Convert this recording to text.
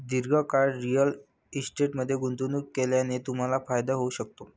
दीर्घकाळ रिअल इस्टेटमध्ये गुंतवणूक केल्याने तुम्हाला फायदा होऊ शकतो